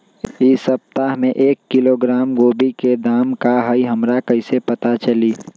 इ सप्ताह में एक किलोग्राम गोभी के दाम का हई हमरा कईसे पता चली?